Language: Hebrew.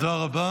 תודה רבה